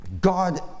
God